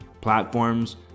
platforms